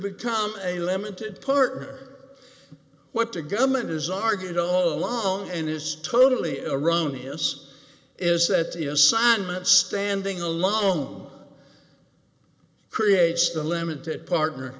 become a limited partner what the government is argued all along and is totally erroneous is that the assignment standing alone creates the limited partner